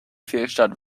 fehlstart